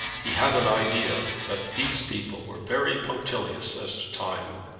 he had an idea that these people were very punctilious as to time.